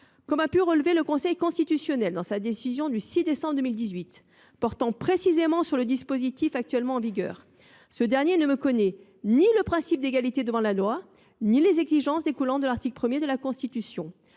Comme l’a relevé le Conseil constitutionnel dans sa décision du 6 septembre 2018, portant précisément sur le dispositif en vigueur, ce dernier ne méconnaît ni le principe d’égalité devant la loi ni les exigences découlant de l’article 1 de la Constitution.